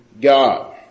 God